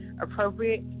appropriate